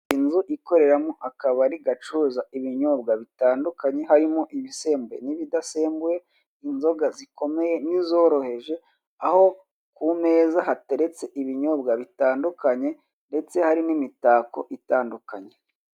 Inzu ikoreramo akabari gacuruza ibinyobwa bitandukanye harimo ibisembuye n'ibidasembuye, inzoga zikomeye n'izoroheje aho ku meza hateretse ibinyobwa bitandukanye ndetse harimo imitako itandukanye.